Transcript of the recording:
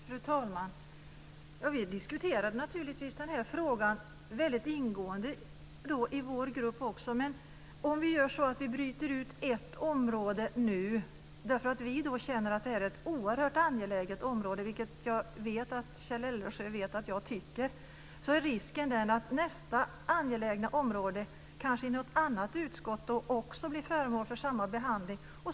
Fru talman! Vi diskuterade naturligtvis den här frågan väldigt ingående i vår grupp också. Men om vi gör så att vi bryter ut ett område nu för att vi känner att det är ett oerhört angeläget område, något som jag vet att Kjell Eldensjö vet att jag tycker, är risken att nästa angelägna område, kanske i ett annat utskott, också blir föremål för samma behandling.